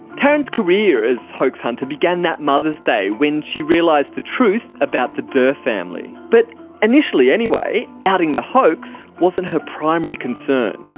taryn's career as hoax hunter began that mother's day when she realised the truth about the dirr family. but initially anyway, outing the hoax wasn't her primary concern.